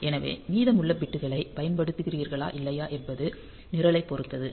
எனவே மீதமுள்ள பிட்களைப் பயன்படுத்துகிறீர்களா இல்லையா என்பது நிரலைப் பொருத்தது